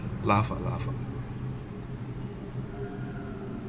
laugh ah laugh ah